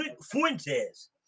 Fuentes